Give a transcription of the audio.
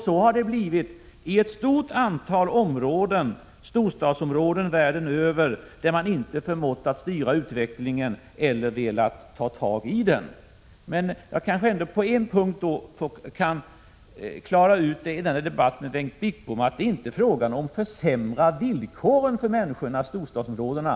Så har det blivit i ett stort antal storstadsområden världen över där man inte förmått styra utvecklingen eller inte velat ta tag i den. Men jag kanske kan klara ut en fråga i den här debatten med Bengt Wittbom. Det handlar inte om att försämra villkoren för människorna i storstadsområdena.